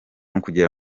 ukugera